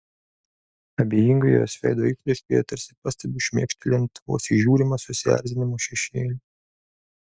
abejingoje jos veido išraiškoje tarsi pastebiu šmėkštelint vos įžiūrimą susierzinimo šešėlį